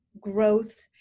growth